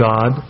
God